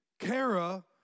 Kara